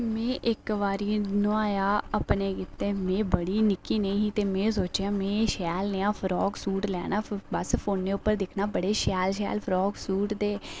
मे इक बारी नुआया अपने गित्तै में बड़ी निक्की जेही ही ते में सोचेआ में बड़ा शैल फ्राक सूट लैना अपने गित्तै बस फोने उप्पर दिक्खना बड़े शैल शैल फ्राक सूट ते